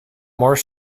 more